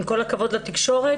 עם כל הכבוד לתקשורת,